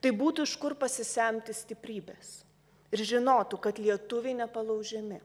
tai būtų iš kur pasisemti stiprybės ir žinotų kad lietuviai nepalaužiami